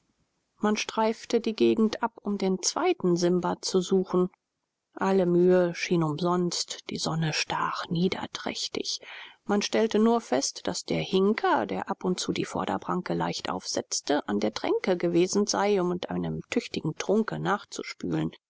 man streifte die gegend ab um den zweiten simba zu suchen alle mühe schien umsonst die sonne stach niederträchtig man stellte nur fest daß der hinker der ab und zu die vorderpranke leicht aufsetzte an der tränke gewesen sei um mit einem tüchtigen trunke nachzuspülen